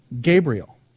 Gabriel